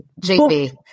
JP